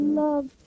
love